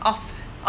of